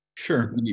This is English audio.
Sure